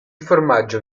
formaggio